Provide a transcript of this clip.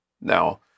Now